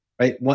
right